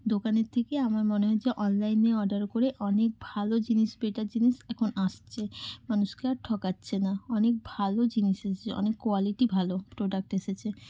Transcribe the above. দোকানের থেকে আমার মনে হয় যে অনলাইনে অর্ডার করে অনেক ভালো জিনিস বেটার জিনিস এখন আসছে মানুষকে আর ঠকাচ্ছে না অনেক ভালো জিনিস এসেছে অনেক কোয়ালিটি ভালো প্রোডাক্ট এসেছে